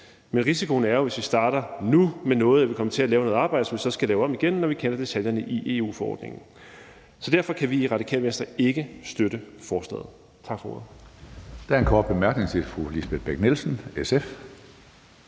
Men risikoen er jo, hvis vi starter med noget nu, at vi kommer til at lave noget arbejde, som vi så skal lave om igen, når vi kender detaljerne i EU-forordningen. Så derfor kan vi i Radikale Venstre ikke støtte forslaget. Tak for ordet. Kl. 15:09 Tredje næstformand (Karsten Hønge): Der er en kort bemærkning til fru Lisbeth Bech-Nielsen, SF.